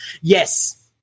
yes